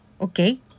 Okay